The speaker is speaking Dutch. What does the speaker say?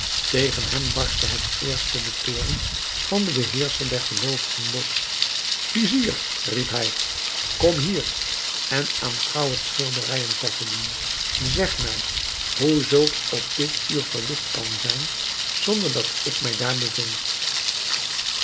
tegen hem barstte het eerst de toorn van den beheerscher der geloovigen los vizier riep hij kom hier en aanschouw het schilderijen pavilloen zeg mij hoe zulks op dit uur verlicht kan zijn zonder dat ik mij daar bevind